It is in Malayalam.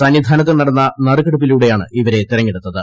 സന്നിധാനത്ത് നടന്ന നറുക്കെടുപ്പിലൂടെയാണ് ഇവരെ തെരഞ്ഞെടുത്തത്